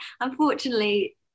unfortunately